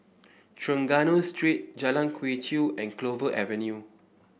Trengganu Street Jalan Quee Chew and Clover Avenue